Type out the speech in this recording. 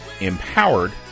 empowered